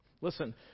Listen